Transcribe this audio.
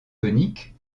tonique